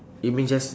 you mean just